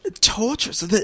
torturous